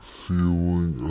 feeling